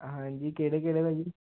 ਹਾਂਜੀ ਕਿਹੜੇ ਕਿਹੜੇ ਭਾਅ ਜੀ